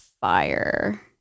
fire